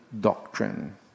doctrine